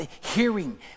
hearing